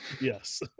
Yes